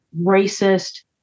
racist